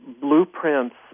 blueprints